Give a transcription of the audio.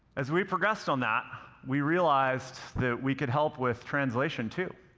as we progressed on that, we realized that we could help with translation, too.